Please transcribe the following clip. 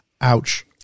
Ouch